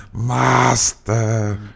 Master